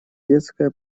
детская